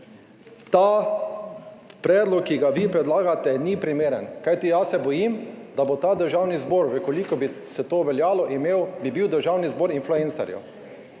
ta predlog, ki ga vi predlagate, ni primeren, kajti jaz se bojim, da bo ta Državni zbor, v kolikor bi se to veljalo imel, bi bil Državni zbor influencarjev,